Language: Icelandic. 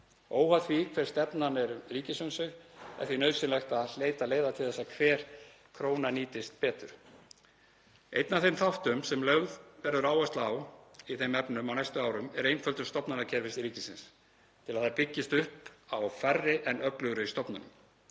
Óháð því hver stefnan er um ríkisumsvif er því nauðsynlegt að leita leiða til þess að hver króna nýtist betur. Einn af þeim þáttum sem lögð verður áhersla á í þeim efnum á næstu árum er einföldun stofnanakerfis ríkisins til að það byggist upp með færri en öflugri stofnunum.